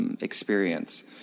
experience